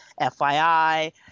FYI